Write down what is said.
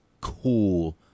cool